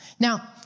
Now